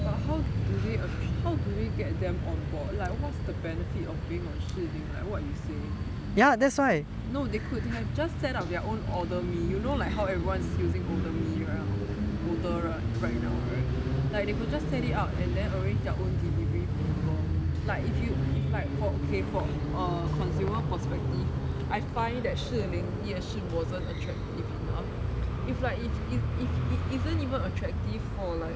but how do they how do they get them on board like what's the benefit of being on 士林 like what you say like no they could have just set up their own oddleme you know like how was using oddleme to order right now right they could just set it out and then arrange their own delivery people like if you if like for okay for a consumer perspective I find that 士林夜市 wasn't attractive enough if like if it if it isn't even attractive for like